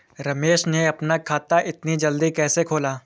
रमेश ने अपना खाता इतना जल्दी कैसे खोला?